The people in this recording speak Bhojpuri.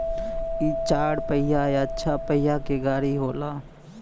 इ चार पहिया या छह पहिया के गाड़ी होला